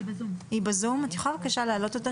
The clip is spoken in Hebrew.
את יכולה בבקשה להעלות אותה